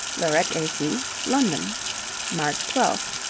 laurette et cie. london march twelfth.